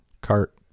cart